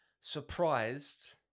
surprised